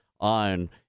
on